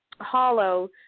hollow